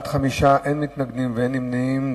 בעד, 5, אין מתנגדים, אין נמנעים.